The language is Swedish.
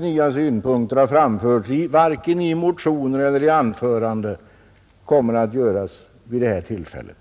nya synpunkter har kommit fram i motioner eller i anföranden vid detta tillfälle.